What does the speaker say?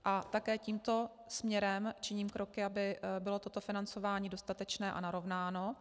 A také tímto směrem činím kroky, aby bylo toto financování dostatečné a narovnáno.